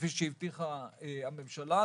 כפי שהבטיחה הממשלה,